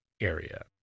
area